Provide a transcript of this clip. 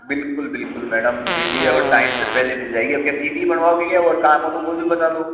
बिलकुल बिलकुल मैडम सीढ़ी आपको टाइम से पहले मिल जाएगी अब सीढ़ी बनवाओगे और काम हो तो वो भी बता दो